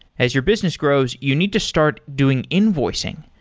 as your business grows, you need to start doing invoicing,